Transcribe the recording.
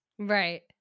right